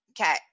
Okay